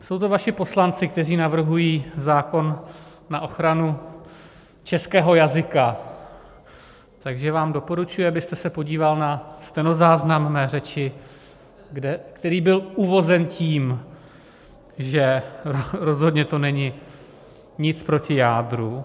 Jsou to vaši poslanci, kteří navrhují zákon na ochranu českého jazyka, takže vám doporučuji, abyste se podíval na stenozáznam mé řeči, který byl uvozen tím, že to rozhodně není nic proti jádru.